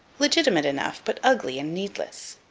legitimate enough, but ugly and needless.